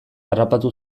harrapatu